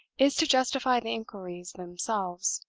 is to justify the inquiries themselves.